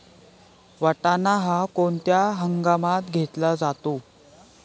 वाटाणा हा कोणत्या हंगामात घेतला जातो?